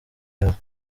yawe